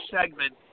segment